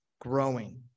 growing